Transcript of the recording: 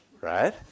right